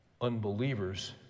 unbelievers